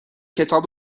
کتاب